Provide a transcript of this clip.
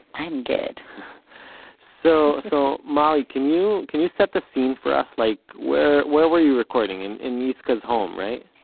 i'm good so, so molly, can you can you set the scene for us? like, where where were you recording? in in yiscah's home, right?